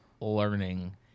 learning